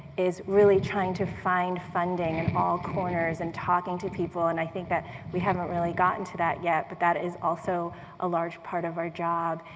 is really trying to find funding in all corners, and talking to people. and i think that we haven't really gotten to that yet, but that is also a large part of our job,